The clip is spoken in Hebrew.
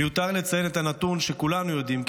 מיותר לציין את הנתון שכולנו יודעים: